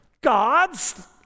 gods